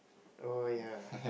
oh ya